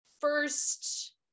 first